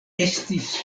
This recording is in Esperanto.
estis